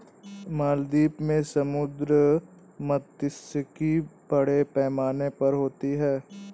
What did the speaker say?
मालदीव में समुद्री मात्स्यिकी बड़े पैमाने पर होती होगी